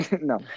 No